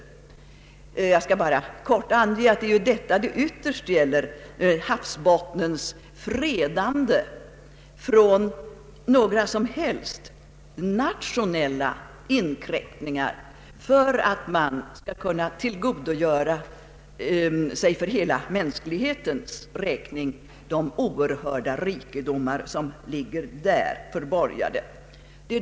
Det är sådant som det ytterst gäller: havsbottnens fredande från varje slag av nationella inkräktningar för att man för hela mänsklighetens räkning skall kunna tillgodogöra sig de oerhörda rikedomar som där ligger förborgade.